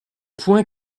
point